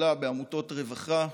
וטיפולה בעמותות רווחה,